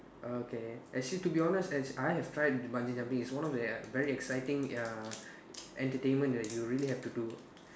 okay actually to be honest act~ I have tried bungee jumping it's one of the uh very exciting uh entertainment that you really have to do